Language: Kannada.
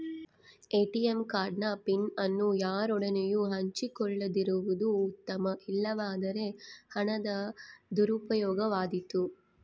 ಏಟಿಎಂ ಕಾರ್ಡ್ ನ ಪಿನ್ ಅನ್ನು ಯಾರೊಡನೆಯೂ ಹಂಚಿಕೊಳ್ಳದಿರುವುದು ಉತ್ತಮ, ಇಲ್ಲವಾದರೆ ಹಣದ ದುರುಪಯೋಗವಾದೀತು